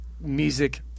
music